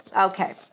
Okay